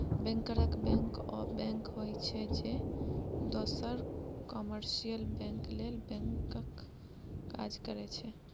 बैंकरक बैंक ओ बैंक होइ छै जे दोसर कामर्शियल बैंक लेल बैंकक काज करै छै